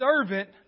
servant